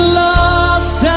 lost